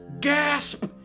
Gasp